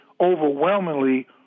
overwhelmingly